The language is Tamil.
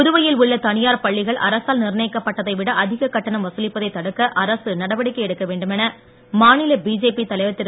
புதுவையில் உள்ள தனியார் பள்ளிகள் அரசால் நிர்ணயிக்கப் பட்டதை விட அதிகக் கட்டணம் வசூலிப்பதைத் தடுக்க அரசு நடவடிக்கை எடுக்க வேண்டுமென மாநில பிஜேபி தலைவர் திரு